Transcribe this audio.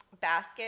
basket